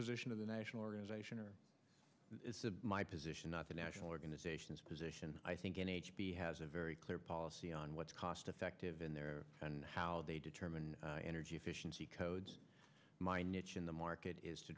position of the national organization or my position not the national organizations position i think in h p has a very clear policy on what's cost effective in there and how they determine energy efficiency codes my niche in the market is to